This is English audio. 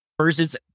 Versus